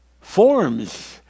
forms